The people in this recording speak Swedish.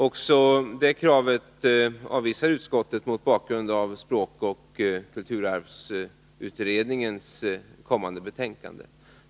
Också det kravet avvisar utskottet mot bakgrund av språkoch kulturarvsutredningens kommande betänkande.